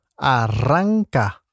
arranca